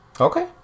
Okay